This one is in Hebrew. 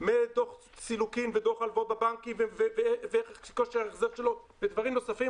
מדו"ח סילוקין ודו"ח הלוואות בבנקים וכושר ההחזר שלו ודברים נוספים,